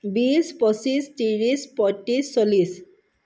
বিছ পঁচিছ ত্ৰিছ পঁইত্ৰিছ চল্লিছ